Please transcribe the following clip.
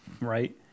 Right